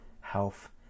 health